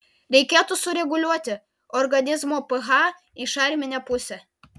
reikėtų sureguliuoti organizmo ph į šarminę pusę